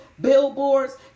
billboards